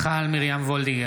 מיכל מרים וולדיגר,